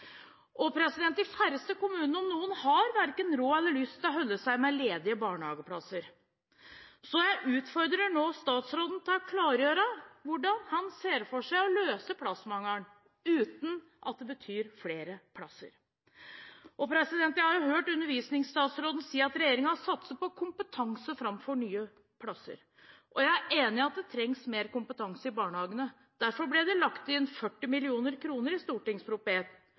år siden. De færreste kommunene, om noen, har verken råd eller lyst til å holde seg med ledige barnehageplasser. Så jeg utfordrer nå statsråden til å klargjøre hvordan han ser for seg å løse plassmangelen, uten at det betyr flere plasser. Jeg har hørt undervisningsstatsråden si at regjeringen satser på kompetanse framfor nye plasser, og jeg er enig i at det trengs mer kompetanse i barnehagene. Derfor ble det lagt inn 40 mill. kr i